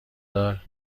داشت